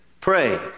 pray